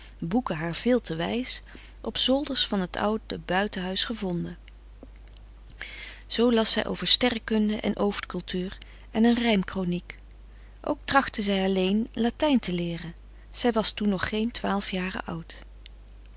boeken haar veel te wijs op zolders van t oude buitenhuis gevonden zoo las zij over sterrekunde en ooft cultuur en een rijm kroniek ook trachtte zij alleen latijn te leeren zij was toen nog geen twaalf jaren oud